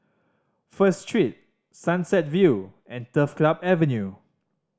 First Street Sunset View and Turf Club Avenue